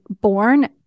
born